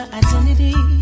identity